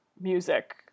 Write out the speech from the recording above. music